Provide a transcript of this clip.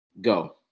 Go